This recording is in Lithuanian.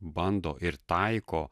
bando ir taiko